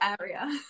area